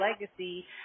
legacy